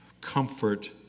Comfort